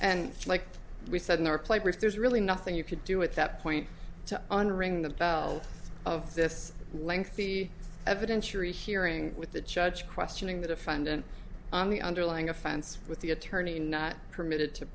and like we said in our playgroup there's really nothing you could do at that point to unring the bell of this lengthy evidence you're hearing with the judge questioning the defendant on the underlying offense with the attorney in permitted to